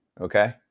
okay